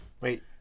Wait